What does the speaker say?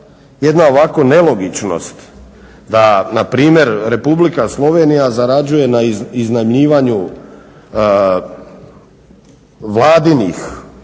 jedna ovako nelogičnost da npr. Republika Slovenija zarađuje na iznajmljivanju vladinih,